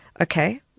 okay